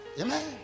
Amen